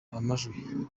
amajwi